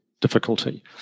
difficulty